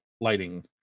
lighting